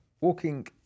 walking